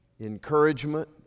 encouragement